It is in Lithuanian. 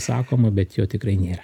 sakoma bet jo tikrai nėra